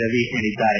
ರವಿ ಹೇಳಿದ್ದಾರೆ